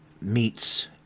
meets